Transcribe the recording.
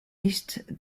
liste